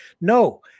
No